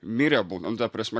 mirę būna nu ta prasme